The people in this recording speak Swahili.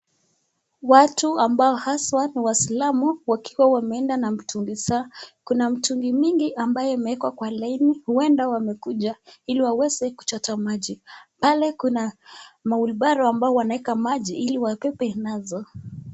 Watu ambao haswa ni waislamu wakiwa wameenda na mitungi zao. Kuna mitungi mingi ambayo imewekwa kwa laini huenda wamekuja ili waweze kuchota maji. Pale kuna macs[wheelbarrow]cs ambao wanaweka maji ili wabebe nazo.